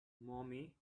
mommy